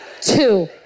Two